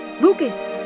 Lucas